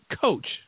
coach